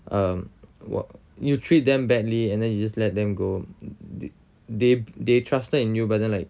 um wha~ you treat them badly and then you just let them go they trusted in you but then like